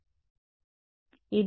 విద్యార్థి దీని నుండి